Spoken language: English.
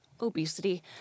obesity